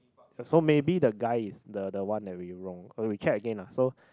so maybe the guy is the the one that we wrong uh we check again lah so